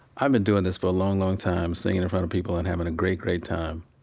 i've been doing this for a long, long time, singing in front of people and having a great, great time.